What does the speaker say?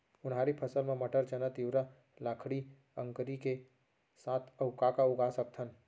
उनहारी फसल मा मटर, चना, तिंवरा, लाखड़ी, अंकरी के साथ अऊ का का उगा सकथन?